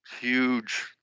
huge